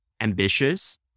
ambitious